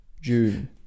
June